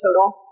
total